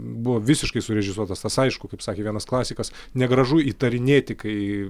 buvo visiškai surežisuotas tas aišku kaip sakė vienas klasikas negražu įtarinėti kai